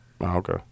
Okay